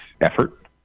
effort